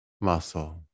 muscle